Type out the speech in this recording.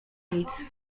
nic